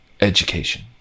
education